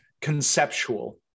conceptual